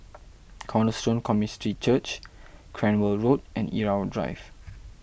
Cornerstone Community Church Cranwell Road and Irau Drive